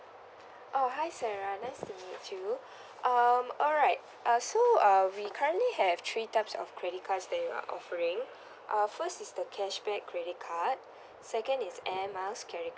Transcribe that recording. oh hi sarah nice to meet you um alright uh so uh we currently have three types of credit cards that we are offering uh first is the cashback credit card second is airmiles credit